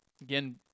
Again